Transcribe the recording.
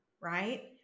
right